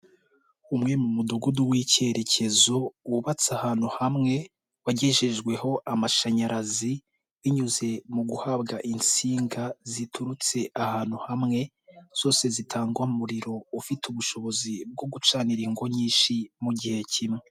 Umwe mu mudugudu w'icyerekezo wubatse ahantu hamwe, wagejejweho amashanyarazi, binyuze mu guhabwa insinga ziturutse ahantu hamwe, zose zitangwamo umuriro ufite ubushobozi bwo gucanira ingo nyinshi, mu gihe kimwe.